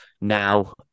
now